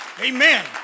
Amen